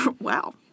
Wow